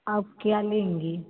आप क्या लेंगी